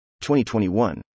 2021